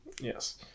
Yes